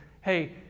hey